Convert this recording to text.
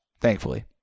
thankfully